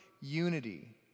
unity